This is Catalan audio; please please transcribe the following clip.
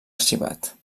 arxivat